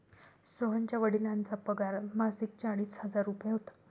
सोहनच्या वडिलांचा पगार मासिक चाळीस हजार रुपये होता